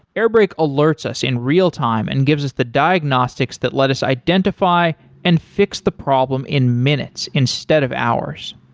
airbrake alerts us in real time and gives us the diagnostics that let us identify and fix the problem in minutes instead of hours.